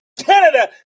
Canada